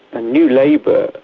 ah new labour,